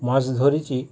মাছ ধরেছি